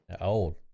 Old